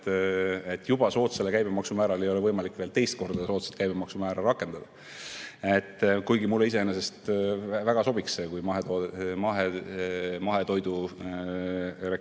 et juba soodsale käibemaksumäärale ei ole võimalik veel teist korda soodsat käibemaksumäära rakendada. Kuigi mulle iseenesest väga sobiks see, kui mahetoidureklaam